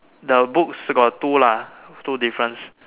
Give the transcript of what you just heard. the book st~ got two lah two difference